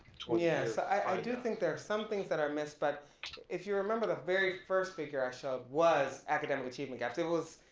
twenty years. yeah, so i do think there are some things that are missed but if you remember the very first figure i showed was academic achievement gaps. it was,